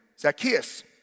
Zacchaeus